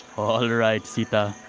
all right, sita.